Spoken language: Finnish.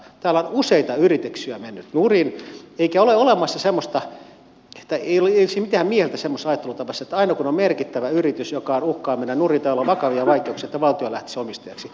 täällä on useita yrityksiä mennyt nurin eikä olisi mitään mieltä semmoisessa ajattelutavassa että aina kun on merkittävä yritys joka uhkaa mennä nurin tai jolla on vakavia vaikeuksia valtio lähtisi omistajaksi